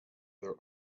their